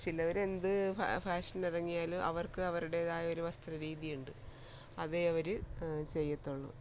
ചിലവർ എന്ത് ഫാഷൻ ഇറങ്ങിയാലും അവർക്ക് അവരുടേതായ ഒരു വസ്ത്ര രീതിയുണ്ട് അതേ അവർ ചെയ്യത്തുള്ളു